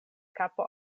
kapo